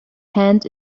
hand